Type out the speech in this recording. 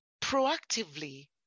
proactively